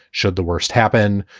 should the worst happen?